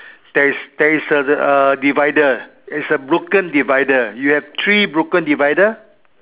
there is there is a a divider it's a broken divider you have three broken divider